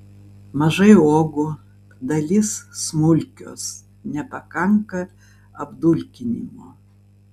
mažai uogų dalis smulkios nepakanka apdulkinimo